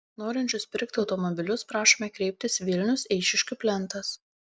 norinčius pirkti automobilius prašome kreiptis vilnius eišiškių plentas